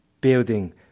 building